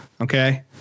Okay